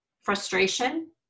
frustration